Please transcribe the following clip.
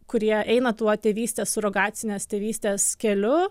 kurie eina tuo tėvystės surogacinės tėvystės keliu